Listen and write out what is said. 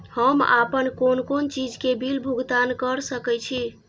हम आपन कोन कोन चीज के बिल भुगतान कर सके छी?